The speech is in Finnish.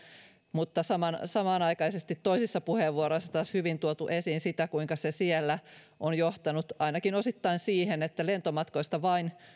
mutta samanaikaisesti toisissa puheenvuoroissa taas hyvin tuotu esiin sitä kuinka se siellä on johtanut ainakin osittain siihen että lentomatkoista vain